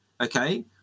okay